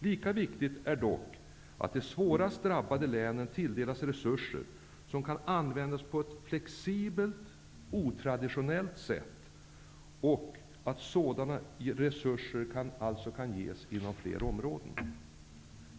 Lika viktigt är dock att de svårast drabbade länen tilldelas resurser som kan användas på ett flexibelt och otraditionellt sätt och att resurser ges inom flera områden.